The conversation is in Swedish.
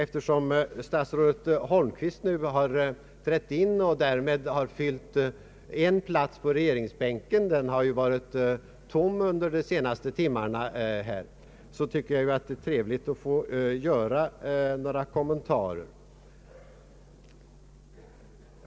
Eftersom statsrådet Holmqvist nu har trätt in och därmed fyllt en plats i regeringsbänken — den har ju varit tom under de senaste timmarna — är det trevligt att få göra några kommentarer.